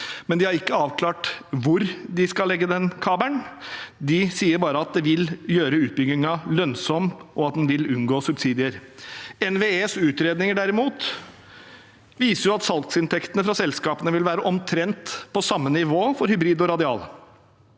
men de har ikke avklart hvor en skal legge den kabelen. De sier bare at de vil gjøre utbyggingen lønnsom, og at en vil unngå subsidier. NVEs utredninger, derimot, viser jo at salgsinntektene fra selskapene vil være omtrent på samme nivå for hybrid- og radialkabler.